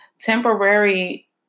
temporary